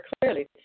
clearly